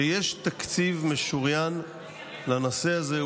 שיש תקציב משוריין לנושא הזה,